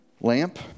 lamp